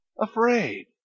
afraid